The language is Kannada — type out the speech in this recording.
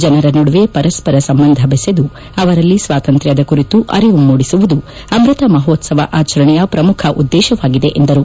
ಜನರ ನಡುವೆ ಪರಸ್ವರ ಸಂಬಂಧ ಬೆಸೆದು ಅವರಲ್ಲಿ ಸ್ವಾತಂತ್ರ್ ದ ಕುರಿತು ಅರಿವು ಮೂಡಿಸುವುದು ಅಮೃತ ಮಹೋತ್ಸವ ಆಚರಣೆಯ ಪ್ರಮುಖ ಉದ್ದೇಶವಾಗಿದೆ ಎಂದರು